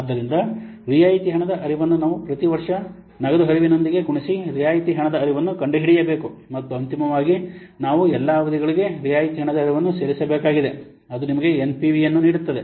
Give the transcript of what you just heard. ಆದ್ದರಿಂದ ರಿಯಾಯಿತಿ ಹಣದ ಹರಿವನ್ನು ನಾವು ಪ್ರತಿವರ್ಷ ನಗದು ಹರಿವಿನೊಂದಿಗೆ ಗುಣಿಸಿ ರಿಯಾಯಿತಿ ಹಣದ ಹರಿವನ್ನು ಕಂಡುಹಿಡಿಯಬೇಕು ಮತ್ತು ಅಂತಿಮವಾಗಿ ನಾವು ಎಲ್ಲಾ ಅವಧಿಗಳಿಗೆ ರಿಯಾಯಿತಿ ಹಣದ ಹರಿವನ್ನು ಸೇರಿಸಬೇಕಾಗಿದೆ ಅದು ನಿಮಗೆ ಎನ್ಪಿವಿಯನ್ನು ನೀಡುತ್ತದೆ